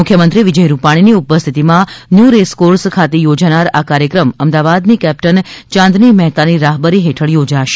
મુખ્યમંત્રી વિજય રૂપાણીની ઉપસ્થિતમાં ન્યુ રેસકોર્ષ ખાતે યોજાનાર આ કાર્યક્રમ મદાવાદની કેપ્ટન ચાંદની મહેતાની રાહબરી હેઠળ યોજાશે